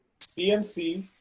CMC